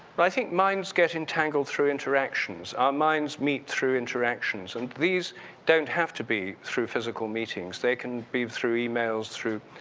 but i think minds get entangled through interactions. our minds meet through interactions and these don't have to be through physical meetings. they can be through emails, through,